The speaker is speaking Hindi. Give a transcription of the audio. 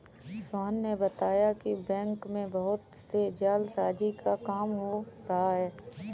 सोहन ने बताया कि बैंक में बहुत से जालसाजी का काम हो रहा है